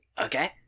Okay